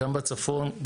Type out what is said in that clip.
גם בצפון,